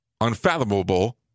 unfathomable